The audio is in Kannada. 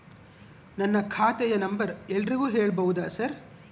ನನ್ನ ಖಾತೆಯ ನಂಬರ್ ಎಲ್ಲರಿಗೂ ಹೇಳಬಹುದಾ ಸರ್?